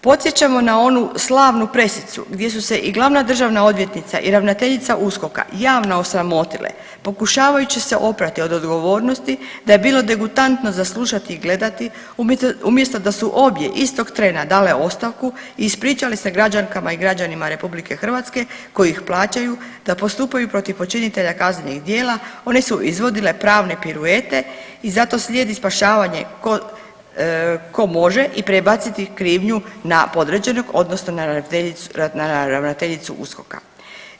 Podsjećamo na onu slavnu presicu gdje su se i glavna državna odvjetnica i ravnateljica USKOK javno osramotile pokušavajući se oprati od odgovornosti da je bilo degutantno za slušati i gledati umjesto da su obje istog trena dale ostavku i ispričale se građankama i građanima RH koji ih plaćaju da postupaju protiv počinitelja kaznenih djela, one su izvodile pravne piruete i zato slijedi spašavanje ko, ko može i prebaciti krivnju na podređenog odnosno na ravnateljicu USKOK-a.